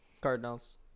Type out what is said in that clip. Cardinals